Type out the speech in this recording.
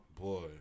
boy